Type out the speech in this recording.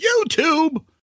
YouTube